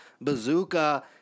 Bazooka